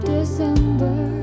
December